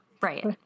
Right